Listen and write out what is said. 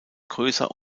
größer